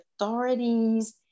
authorities